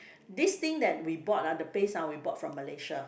this thing that we bought ah the paste ah we bought from Malaysia